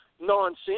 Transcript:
nonsense